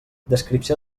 descripció